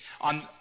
On